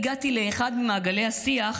הגעתי לאחד ממעגלי השיח,